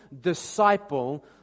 disciple